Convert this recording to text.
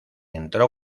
entró